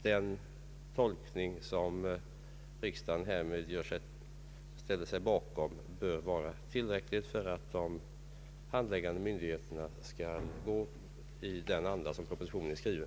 Den tolkning som riksdagen härmed ställer sig bakom bör vara tillräcklig för att de handläggande myndigheterna skall agera i den anda som propositionen avser.